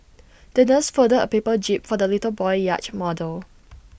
the nurse folded A paper jib for the little boy yacht model